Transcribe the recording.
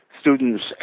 students